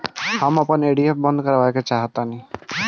हम आपन एफ.डी बंद करना चाहत बानी